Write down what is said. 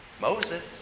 Moses